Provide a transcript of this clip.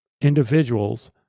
individuals